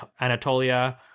Anatolia